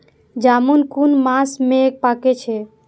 जामून कुन मास में पाके छै?